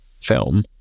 film